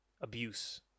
Abuse